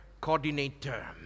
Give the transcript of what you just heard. coordinator